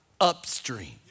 upstream